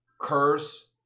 Curse